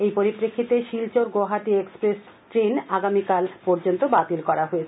এই পরিপ্রেক্ষিতে Silchar Guwahati express train আগামীকাল পর্যন্ত বাতিল করা হয়েছে